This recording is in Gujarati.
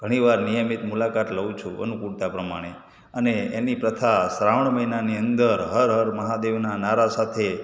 ઘણીવાર નિયમિત મુલાકાત લઉં છું અનુકૂળતા પ્રમાણે અને એની પ્રથા શ્રાવણ મહિનાની અંદર હર હર મહાદેવના નારા સાથે